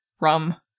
rum